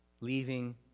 leaving